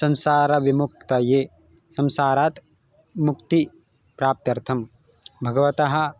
संसारविमुक्तये संसारात् मुक्तिप्राप्त्यर्थं भगवतः